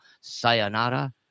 Sayonara